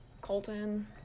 Colton